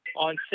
on